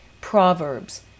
Proverbs